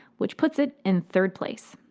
which puts it in third place.